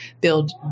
build